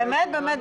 ראשונה.